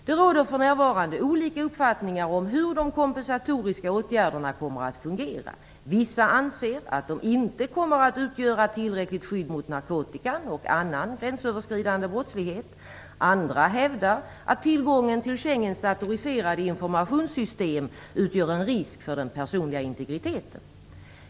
Det råder för närvarande olika uppfattningar om hur de kompensatoriska åtgärderna kommer att fungera. Vissa anser att de inte kommer att utgöra tillräckligt skydd mot narkotikan och annan gränsöverskridande brottslighet. Andra hävdar att tillgången till Schengens datoriserade informationssystem utgör en risk för den personliga integriteten.